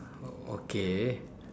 o~ okay